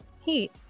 heat